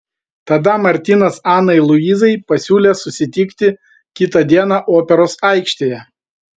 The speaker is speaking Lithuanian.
tada martynas anai luizai pasiūlė susitikti kitą dieną operos aikštėje